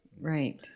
right